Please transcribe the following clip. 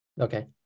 Okay